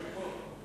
הוא יושב פה.